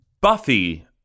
Buffy